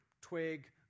twig